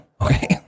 Okay